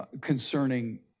concerning